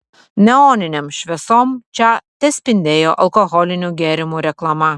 neoninėm šviesom čia tespindėjo alkoholinių gėrimų reklama